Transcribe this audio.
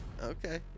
Okay